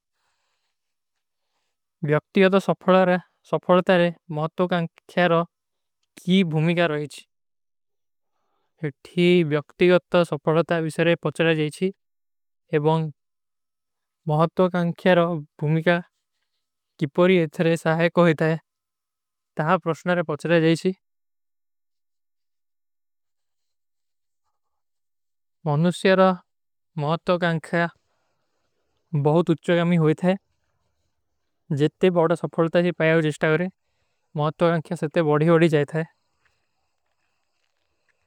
ଵ୍ଯାକ୍ତିଯୋତା ସଫରତାରେ ମହତୋକାଂଖ୍ଯାରୋ କୀ ଭୁମିକା ରହେଚ୍ଯ। ଇଠୀ ଵ୍ଯାକ୍ତିଯୋତା ସଫରତା ଵିଷଯରେ ପଚଲା ଜୈଚୀ ଏବଂଗ ମହତୋକାଂଖ୍ଯାରୋ ଭୁମିକା କିପରୀ ଏଥରେ ସାହେ କୋ ହୈ ଥା। ତହାଁ ପ୍ରଶନାରେ ପଚଲା ଜୈଚୀ, ମହନୁସ୍ଯାରୋ ମହତୋକାଂଖ୍ଯା ବହୁତ ଉଚ୍ଛୋ ଗାମୀ ହୋଈ ଥାଏ ଜେତେ ବଡା ସଫଲତାରୀ ପାଯାଓ ଜିସ୍ଟା ଗରେ, ମହତୋକାଂଖ୍ଯା ସେତେ ବଢୀ ହୋଡୀ ଜାଏ ଥାଏ।